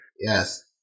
Yes